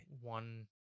one